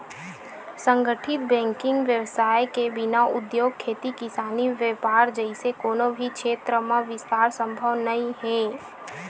संगठित बेंकिग बेवसाय के बिना उद्योग, खेती किसानी, बेपार जइसे कोनो भी छेत्र म बिस्तार संभव नइ हे